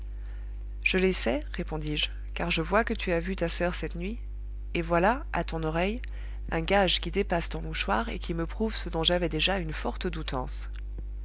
je les sais répondis-je car je vois que tu as vu ta soeur cette nuit et voilà à ton oreille un gage qui dépasse ton mouchoir et qui me prouve ce dont j'avais déjà une forte doutance